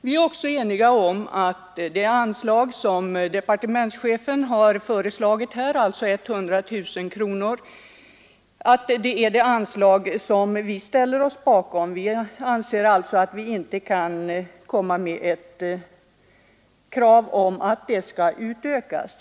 Vi ställer oss också enigt bakom departementschefens förslag om ett anslag på 100 000 kronor. Vi anser alltså att vi inte kan ställa krav på att det anslaget skall utökas.